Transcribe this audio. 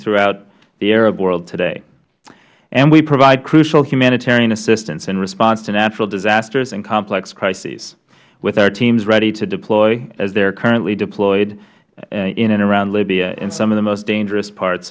throughout the arab world today and we provide crucial humanitarian assistance in response to natural disasters and complex crises with our teams ready to deploy as they are currently deployed in and around libya and some of the most dangerous parts